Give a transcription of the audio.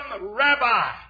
rabbi